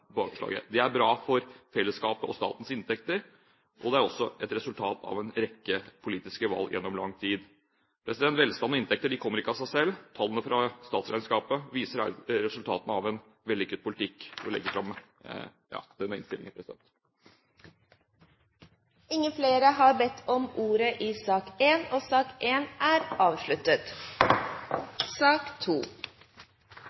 tilbakeslaget. Det er bra for fellesskapets og statens inntekter, og det er også et resultat av en rekke politiske valg gjennom lang tid. Velstand og inntekter kommer ikke av seg selv. Tallene fra statsregnskapet viser resultatene av en vellykket politikk. Med dette legger jeg fram innstillingen. Flere har ikke bedt om ordet til sak nr. 1. Etter ønske fra finanskomiteen vil presidenten foreslå at debatten begrenses til 1 time og